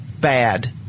bad